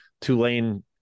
Tulane